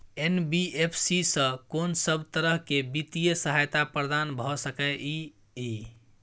NBFC स कोन सब तरह के वित्तीय सहायता प्रदान भ सके इ? इ